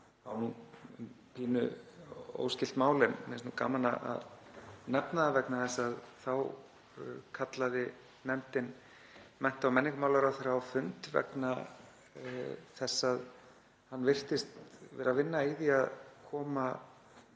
nú um pínu óskylt mál en mér finnst gaman að nefna það vegna þess að þá kallaði nefndin mennta- og menningarmálaráðherra á fund vegna þess að hann virtist vera að vinna í því að koma